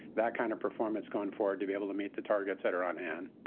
that kind of performance going forward to be able to meet the targets that are on hand.